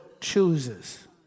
chooses